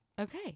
Okay